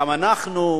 גם אנחנו,